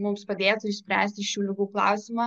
mums padėtų išspręsti šių ligų klausimą